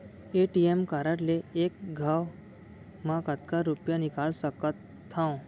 ATM card ले एक घव म कतका रुपिया निकाल सकथव?